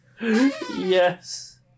Yes